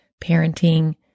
parenting